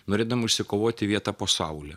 norėdami išsikovoti vietą po saule